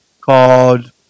called